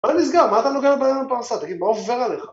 מה נסגר, מה אתה נוגע לו בפרנסה, תגיד, מה עובר עליך?